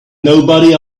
nobody